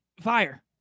Fire